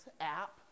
app